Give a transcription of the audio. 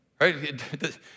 right